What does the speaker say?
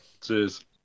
Cheers